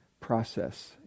process